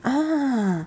ah